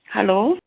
hello